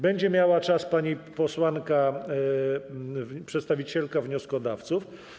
Będzie miała czas pani posłanka przedstawicielka wnioskodawców.